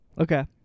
Okay